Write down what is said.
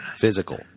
physical